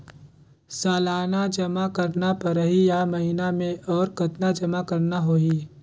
सालाना जमा करना परही या महीना मे और कतना जमा करना होहि?